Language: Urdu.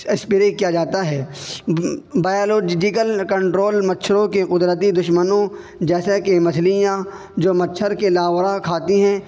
اسپرے کیا جاتا ہے بائیولوجیکل کنٹرول مچھروں کے قدرتی دشمنوں جیسا کہ مچھلیاں جو مچھر کے لاورا کھاتی ہیں